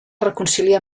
reconciliar